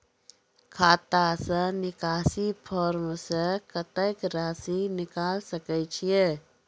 खाता से निकासी फॉर्म से कत्तेक रासि निकाल सकै छिये?